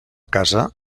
casa